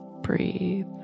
breathe